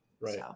Right